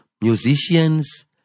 musicians